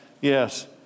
Yes